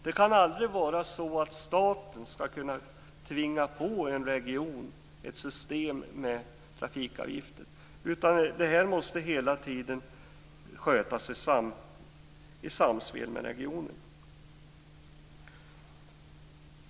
Det kan aldrig vara så att staten skall kunna tvinga på en region ett system med trafikavgifter, utan det måste hela tiden skötas i samspel med regionen.